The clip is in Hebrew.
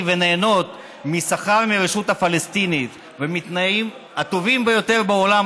ונהנות משכר מהרשות הפלסטינית ומהתנאים הטובים ביותר בעולם,